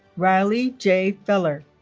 riley j. feller